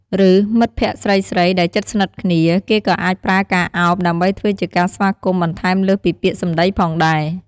ឬ មិត្តភក្ដិស្រីៗដែលជិតស្និទ្ធគ្នា គេក៏អាចប្រើការឱប ដើម្បីធ្វើជាការស្វាគមន៍ បន្ថែមលើសពីពាក្យសម្ដីផងដែរ។